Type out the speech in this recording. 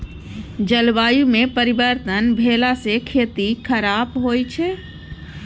जलवायुमे परिवर्तन भेलासँ खेती खराप होए छै